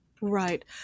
Right